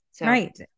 Right